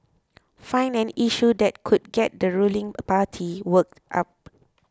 find an issue that could get the ruling party worked up